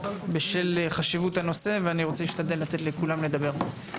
בשל חשיבות הנושא ואני רוצה להשתדל לתת לכולם לדבר.